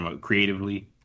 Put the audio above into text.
creatively